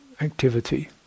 activity